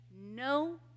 no